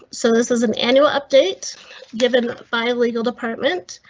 so this is an annual update given by legal department.